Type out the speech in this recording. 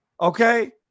okay